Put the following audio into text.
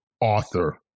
author